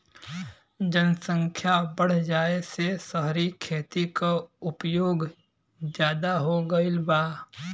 जनसख्या बढ़ जाये से सहरी खेती क उपयोग जादा हो गईल बा